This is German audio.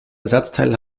ersatzteil